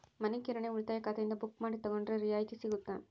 ಮನಿ ಕಿರಾಣಿ ಉಳಿತಾಯ ಖಾತೆಯಿಂದ ಬುಕ್ಕು ಮಾಡಿ ತಗೊಂಡರೆ ರಿಯಾಯಿತಿ ಸಿಗುತ್ತಾ?